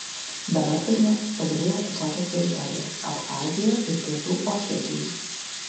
dabar turime stabiliai okupuotas teritorijas abchaziją ir pietų osetiją